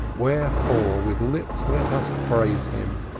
wherefore with lips let us praise him,